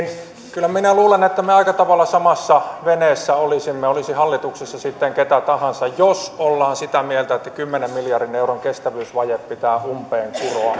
kyllä minä luulen että me aika tavalla samassa veneessä olisimme olisi hallituksessa sitten ketä tahansa jos ollaan sitä mieltä että kymmenen miljardin euron kestävyysvaje pitää umpeen kuroa